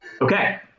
Okay